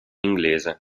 inglese